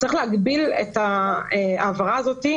וצריך להגביל את ההעברה הזאת,